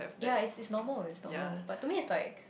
ya it's normal it's normal but to me it's like